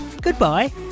goodbye